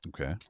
Okay